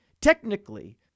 technically